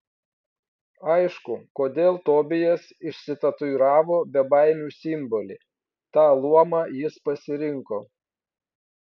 aišku kodėl tobijas išsitatuiravo bebaimių simbolį tą luomą jis pasirinko